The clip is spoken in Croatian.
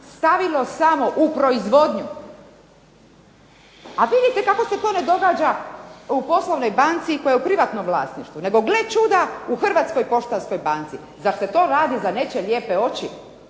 stavilo samo u proizvodnju, a vidite kako se to ne događa u poslovnoj banci koja je u privatnom vlasništvu, nego gle čuda u Hrvatskoj poštanskoj banci. Zar se to radi za nečije lijepe oči?